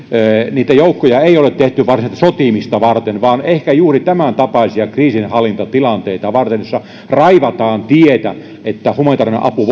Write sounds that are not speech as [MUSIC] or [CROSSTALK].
niitä joukkoja ei ole tehty varsinaisesti sotimista varten vaan ehkä juuri tämäntapaisia kriisinhallintatilanteita varten joissa raivataan tietä että humanitaarinen apu [UNINTELLIGIBLE]